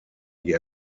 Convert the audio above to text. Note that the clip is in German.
die